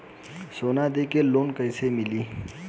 सोना दे के लोन कैसे मिली?